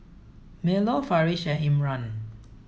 Melur Farish and Imran